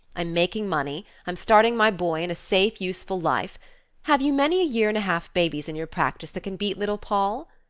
i'm making money, i'm starting my boy in a safe, useful life have you many year and a half babies in your practice that can beat little poll?